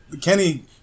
Kenny